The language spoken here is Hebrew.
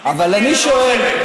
אני מכיר לא חלק.